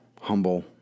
Humble